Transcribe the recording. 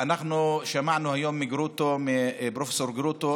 שמענו היום מפרופ' גרוטו